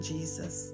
Jesus